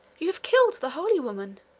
you have killed the holy woman!